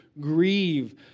grieve